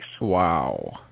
Wow